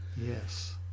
Yes